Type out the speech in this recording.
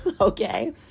Okay